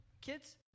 Kids